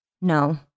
No